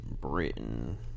britain